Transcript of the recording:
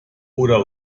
oder